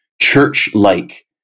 church-like